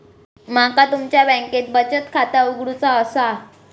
माका तुमच्या बँकेत बचत खाता उघडूचा असा?